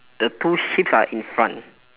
the two sheeps are in front